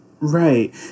Right